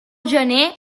gener